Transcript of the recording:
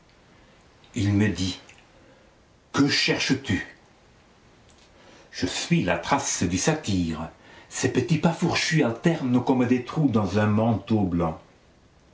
il me dit que cherches-tu je suis la trace du satyre ses petits pas fourchus alternent comme des trous dans un manteau blanc